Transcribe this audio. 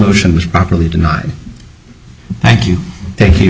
on was properly denied thank you thank you